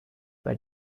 bei